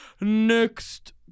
next